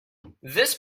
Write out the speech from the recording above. this